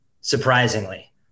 Surprisingly